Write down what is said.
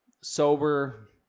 sober